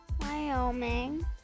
Wyoming